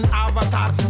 avatar